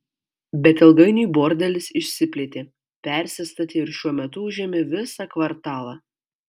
bet ilgainiui bordelis išsiplėtė persistatė ir šiuo metu užėmė visą kvartalą